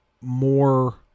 more